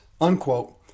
unquote